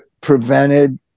prevented